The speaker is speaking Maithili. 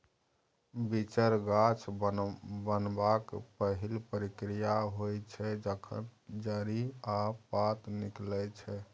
बीचर गाछ बनबाक पहिल प्रक्रिया होइ छै जखन जड़ि आ पात निकलै छै